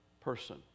person